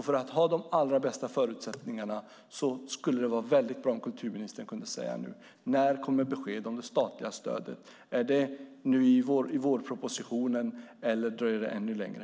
För att ha de allra bästa förutsättningarna vore det väldigt bra om kulturministern nu kunde säga när det kommer besked om det statliga stödet. Är det i vårpropositionen, eller dröjer det ännu längre?